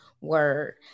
word